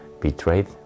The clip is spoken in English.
betrayed